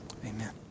Amen